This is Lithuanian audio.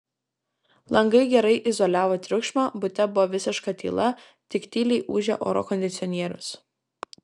langai gerai izoliavo triukšmą bute buvo visiška tyla tik tyliai ūžė oro kondicionierius